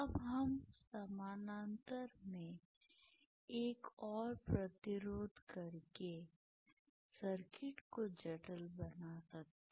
अब हम समानांतर में एक और प्रतिरोध करके सर्किट को जटिल बना सकते हैं